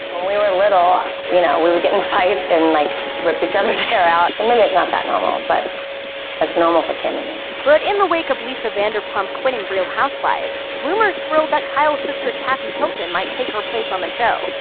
when we were little, you know, we would get in fights and like rip each other's hair out. so maybe it's not that normal, but it's normal for kim and me. but in the wake of lisa vanderpump quitting real housewives, rumors swirled that but kyle's sister kathy hilton might take her place on the show.